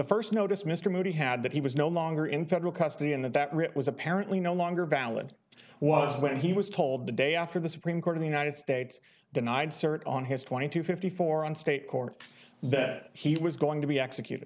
first notice mr moody had that he was no longer in federal custody and that writ was apparently no longer valid was what he was told the day after the supreme court of the united states denied cert on his twenty two fifty four on state court that he was going to be executed